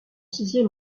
sixième